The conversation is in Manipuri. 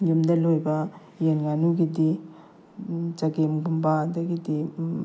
ꯌꯨꯝꯗ ꯂꯣꯏꯕ ꯌꯦꯟ ꯉꯥꯅꯨꯒꯤꯗꯤ ꯆꯒꯦꯝꯒꯨꯝꯕ ꯑꯗꯒꯤꯗꯤ